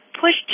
pushed